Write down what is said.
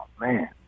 man